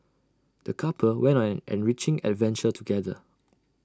the couple went on an enriching adventure together